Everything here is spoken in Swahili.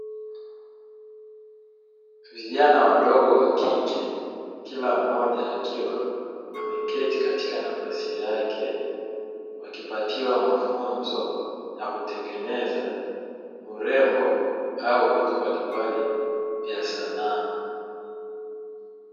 Vijana wadogo wa kike, kila mmoja akiwa ameketi katika nafasi yake, akipatiwa mafunzo ya kutengeneza urembo au vitu mbalimbali vya sanaa.